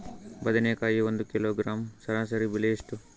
ಬದನೆಕಾಯಿ ಒಂದು ಕಿಲೋಗ್ರಾಂ ಸರಾಸರಿ ಬೆಲೆ ಎಷ್ಟು?